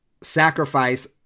sacrifice